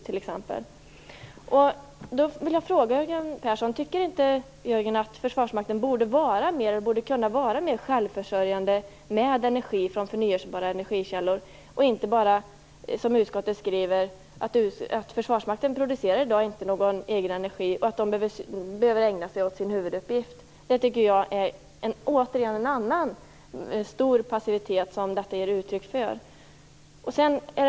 Jag vill fråga: Tycker inte Jörgen Persson att Försvarsmakten borde kunna vara mer självförsörjande med energi från förnybara energikällor, och att den inte bara, som utskottet skriver, behöver ägna sig åt sin huvuduppgift och inte åt att producera energi? Det tycker jag återigen ger uttryck för en stor passivitet.